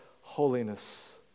holiness